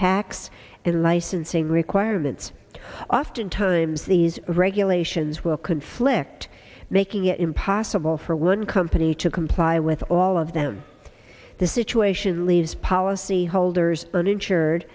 tax and licensing requirements oftentimes these regulations will conflict making it impossible for one company to comply with all of them the situation leaves policyholders uninsured